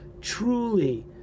truly